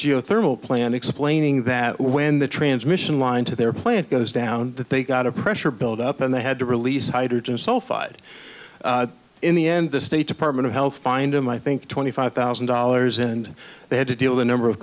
geothermal plant explaining that when the transmission line to their plant goes down that they've got a pressure build up and they had to release hydrogen sulfide in the end the state department of health find m i think twenty five thousand dollars and they had to deal with a number of